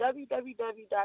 www